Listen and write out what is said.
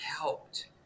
helped